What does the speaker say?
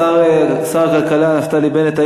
שר הכלכלה נפתלי בנט,